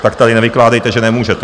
Tak tady nevykládejte, že nemůžete.